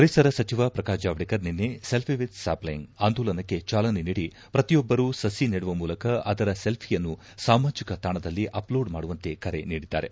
ಪರಿಸರ ಸಚಿವ ಪ್ರಕಾಶ್ ಜಾವ್ದೇಕರ್ ನಿನ್ನೆ ಸೆಲ್ಫಿ ವಿತ್ ಸ್ಯಾಷ್ಲಿಂಗ್ ಆಂದೋಲನಕ್ಕೆ ಚಾಲನೆ ನೀಡಿ ಪ್ರತಿಯೊಬ್ಬರೂ ಸಸಿ ನೆಡುವ ಮೂಲಕ ಅದರ ಸೆಲ್ಫಿ ಯನ್ನು ಸಾಮಾಜಿಕ ತಾಣದಲ್ಲಿ ಅಪ್ಲೋಡ್ ಮಾಡುವಂತೆ ಕರೆ ನೀಡಿದ್ದಾರೆ